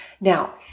Now